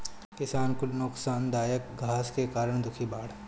किसान कुल नोकसानदायक घास के कारण दुखी बाड़